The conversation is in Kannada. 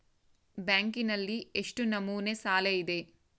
ಬ್ಯಾಂಕಿನಲ್ಲಿ ಎಷ್ಟು ನಮೂನೆ ಸಾಲ ಇದೆ?